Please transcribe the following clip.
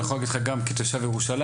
אני יכול להגיד לך גם כתושב ירושלים,